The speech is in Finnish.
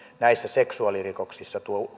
näissä seksuaalirikoksissa